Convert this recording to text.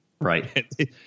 Right